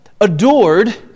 adored